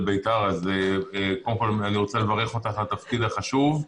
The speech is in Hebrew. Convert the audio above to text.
"בית"ר" אז אני רוצה לברך אותך על התפקיד החשוב.